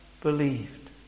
believed